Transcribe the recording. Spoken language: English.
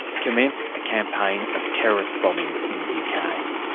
commenced a campaign of terrorist bombings in the yeah kind of